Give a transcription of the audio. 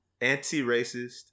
Anti-Racist